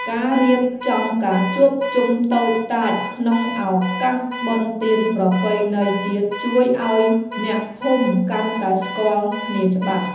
ការរៀបចំការជួបជុំតូចតាចក្នុងឱកាសបុណ្យទានប្រពៃណីជាតិជួយឱ្យអ្នកភូមិកាន់តែស្គាល់គ្នាច្បាស់។